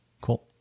Cool